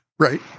Right